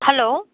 hello